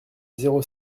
zéro